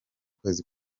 kwezi